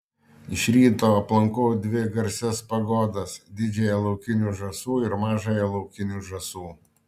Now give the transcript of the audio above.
iš ryto aplankau dvi garsias pagodas didžiąją laukinių žąsų ir mažąją laukinių žąsų